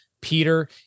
Peter